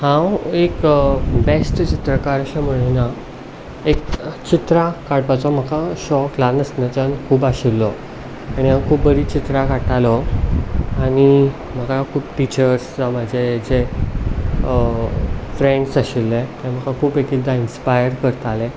हांव एक बेस्ट चित्रकार अशें म्हणीना एक चित्रां काडपाचो म्हाका शॉक ल्हान आसतनाच्यान खूब आशिल्लो आनी हांव खूब बरीं चित्रां काडटालो आनी म्हाका खूब टिचर्ज जावं म्हजे जे फ्रेंड्स आशिल्ले ते म्हाका खूब एक एकदां इन्स्पायर करताले